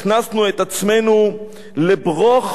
הכנסנו את עצמנו ל"ברוך"